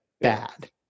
bad